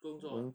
工作吗